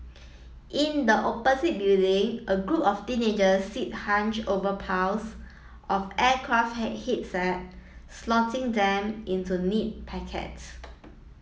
in the opposite building a group of teenagers sit hunched over piles of aircraft head slotting them into neat packets